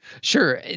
Sure